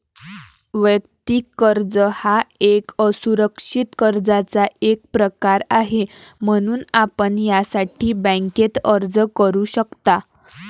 वैयक्तिक कर्ज हा एक असुरक्षित कर्जाचा एक प्रकार आहे, म्हणून आपण यासाठी बँकेत अर्ज करू शकता